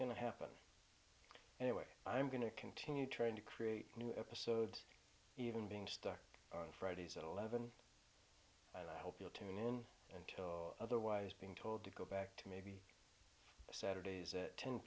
to happen anyway i'm going to continue trying to create new episodes even being stuck on fridays at eleven i hope you'll tune in until otherwise being told to go back to maybe saturdays at ten